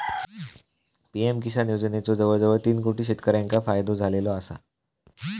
PM Kisan योजनेचो जवळजवळ तीन कोटी शेतकऱ्यांका फायदो झालेलो आसा